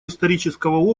исторического